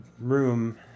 room